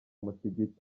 musigiti